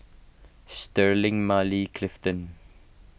Sterling Marley Clifton